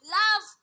love